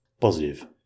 Positive